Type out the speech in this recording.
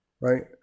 Right